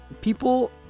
people